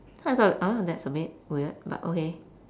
so I thought uh that's a bit weird but okay